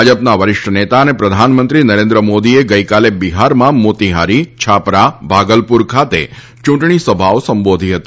ભાજપના વરિષ્ઠ નેતા અને પ્રધાનમંત્રી નરેન્દ્ર મોદીએ ગઈકાલે બિહારમાં મોતી હારી છાપરા ભાગલપુર ખાતે યૂંટણી સભાઓ સંબોધી હતી